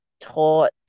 taught